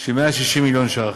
של 160 מיליון ש"ח.